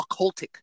occultic